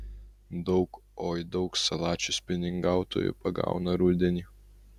daug oi daug salačių spiningautojai pagauna rudenį